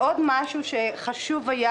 עוד משהו שחשוב לי לומר,